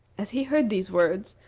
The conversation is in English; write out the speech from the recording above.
as he heard these words,